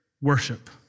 worship